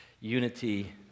unity